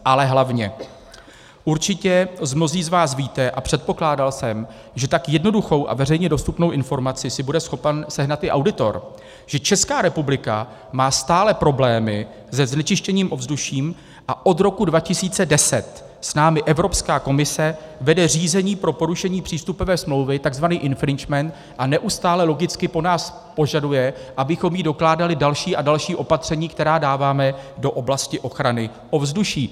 Ale hlavně určitě mnozí z vás víte a předpokládal jsem, že tak jednoduchou a veřejně dostupnou informaci si bude schopen sehnat i auditor, že Česká republika má stále problémy se znečištěním ovzduší a od roku 2010 s námi Evropská komise vede řízení pro porušení přístupové smlouvy, tzv. infringement, a neustále logicky po nás požaduje, abychom jí dokládali další a další opatření, která dáváme do oblasti ochrany ovzduší.